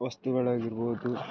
ವಸ್ತುಗಾಳಗಿರ್ಬೋದು